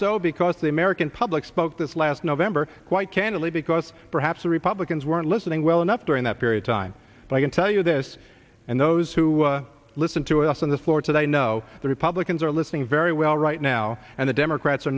so because the american public spoke this last november quite candidly because perhaps the republicans weren't listening well enough during that period time but i can tell you this and those who listen to us on the floor today know the republicans are listening very well right now and the democrats are